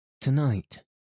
Tonight